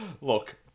look